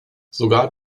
sogar